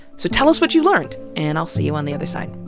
so tell us what you learned and i'll see you on the other side.